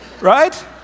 right